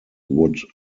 would